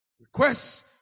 Requests